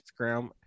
Instagram